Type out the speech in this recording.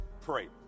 pray